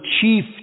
chief